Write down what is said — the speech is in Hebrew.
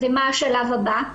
ומה השלב הבא?